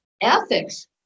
Ethics